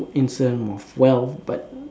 in terms of wealth but